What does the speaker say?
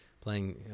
playing